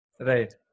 Right